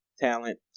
talent